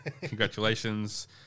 Congratulations